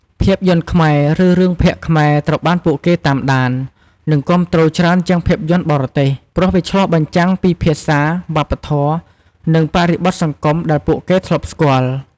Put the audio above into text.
ភាពយន្តខ្មែរ ឬរឿងភាគខ្មែរត្រូវបានពួកគេតាមដាន និងគាំទ្រច្រើនជាងភាពយន្តបរទេស ព្រោះវាឆ្លុះបញ្ចាំងពីភាសា វប្បធម៌ និងបរិបទសង្គមដែលពួកគេធ្លាប់ស្គាល់។